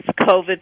COVID